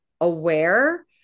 aware